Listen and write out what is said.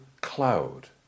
cloud